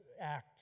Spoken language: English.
act